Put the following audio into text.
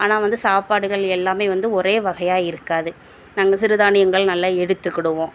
ஆனால் வந்து சாப்பாடுகள் எல்லாம் வந்து ஒரே வகையாக இருக்காது நாங்கள் சிறுதானியங்கள் நல்லா எடுத்துக்கிவோம்